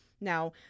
Now